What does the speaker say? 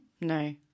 No